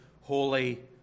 holy